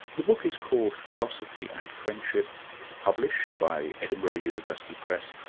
the book is called philosophy and friendship, it's published by edinburgh university press,